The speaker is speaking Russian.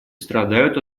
страдают